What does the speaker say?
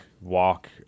walk